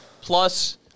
Plus